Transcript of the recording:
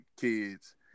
kids